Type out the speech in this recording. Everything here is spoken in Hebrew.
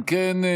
אם כן,